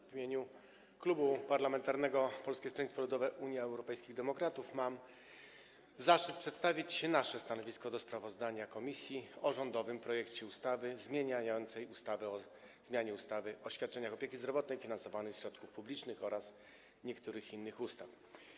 W imieniu Klubu Parlamentarnego Polskiego Stronnictwa Ludowego - Unii Europejskich Demokratów mam zaszczyt przedstawić nasze stanowisko wobec sprawozdania komisji o rządowym projekcie ustawy zmieniającej ustawę o zmianie ustawy o świadczeniach opieki zdrowotnej finansowanych ze środków publicznych oraz niektórych innych ustaw.